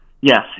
Yes